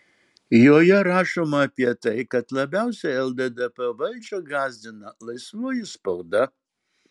joje rašoma apie tai kad labiausiai lddp valdžią gąsdina laisvoji spauda